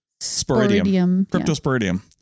Cryptosporidium